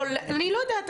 או אני לא יודעת,